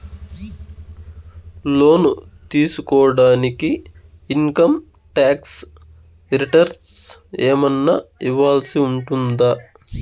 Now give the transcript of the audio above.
లోను తీసుకోడానికి income tax returns ఏమన్నా ఇవ్వాల్సి ఉంటుందా